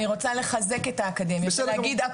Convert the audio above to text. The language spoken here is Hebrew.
אני רוצה לחזק את האקדמיה ולהגיד,